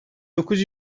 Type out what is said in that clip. dokuz